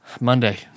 Monday